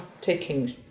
taking